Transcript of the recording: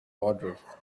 wardrobe